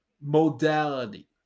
modality